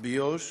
ביו"ש